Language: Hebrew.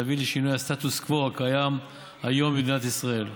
להביא לשינוי הסטטוס קוו הקיים היום במדינת ישראל.